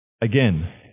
Again